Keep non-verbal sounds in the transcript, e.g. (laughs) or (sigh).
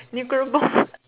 nuclear bomb (laughs)